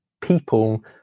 people